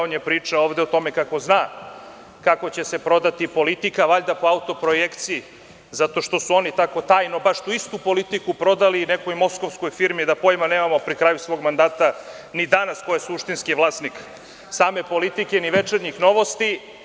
On je pričao ovde o tome kako zna kako će se prodati „Politika“, valjda po autoprojekciji, zato što su oni tako tajno baš tu istu „Politiku“ prodali nekoj moskovskoj firmi pri kraju svog mandata, da pojma nemamo ni danas ko je suštinski vlasnik same „Politike“, ni „Večernjih novosti“